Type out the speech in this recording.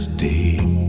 deep